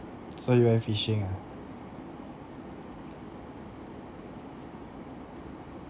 so you went fishing ah